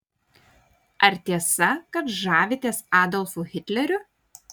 ar tiesa kad žavitės adolfu hitleriu